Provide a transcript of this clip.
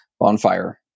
Bonfire